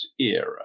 era